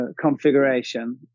configuration